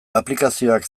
aplikazioak